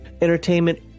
entertainment